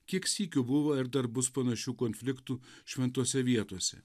kiek sykių buvo ir dar bus panašių konfliktų šventose vietose